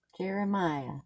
Jeremiah